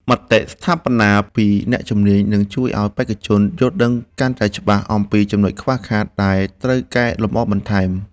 មតិស្ថាបនាពីអ្នកជំនាញនឹងជួយឱ្យបេក្ខជនយល់ដឹងកាន់តែច្បាស់អំពីចំណុចខ្វះខាតដែលត្រូវកែលម្អបន្ថែម។